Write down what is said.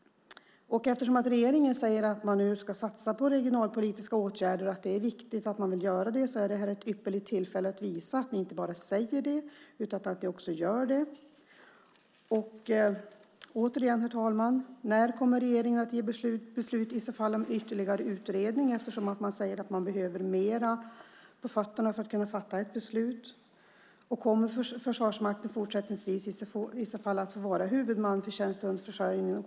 Eftersom regeringen säger att man nu ska satsa på regionalpolitiska åtgärder och att det är viktigt att göra det är detta ett ypperligt tillfälle att visa att ni inte bara säger det utan också gör det. Återigen: När kommer regeringen att ta beslut om ytterligare utredning? Man säger att man behöver mer på fötterna för att kunna fatta ett beslut. Kommer Försvarsmakten fortsättningsvis att få vara huvudman för tjänstehundsförsörjning?